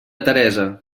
teresa